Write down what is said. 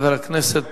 חבר הכנסת